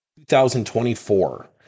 2024